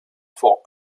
for